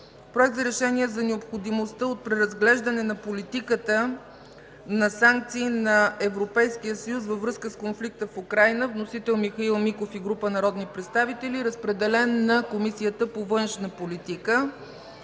Проект за решение за необходимостта от преразглеждане на политиката на санкции на Европейския съюз във връзка с конфликта в Украйна. Вносители – Михаил Миков и група народни представители. Разпределен е на Комисията по външна политика.